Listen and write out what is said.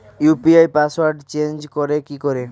UPI পাসওয়ার্ডটা change করে কি করে?